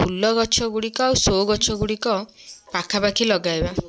ଫୁଲ ଗଛଗୁଡ଼ିକ ଆଉ ଶୋ ଗଛଗୁଡ଼ିକ ପାଖାପାଖି ଲଗାଇବା